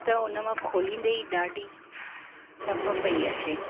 त हुनमां खोलींदे ई ॾाढी धप पई अचे